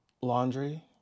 laundry